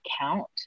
count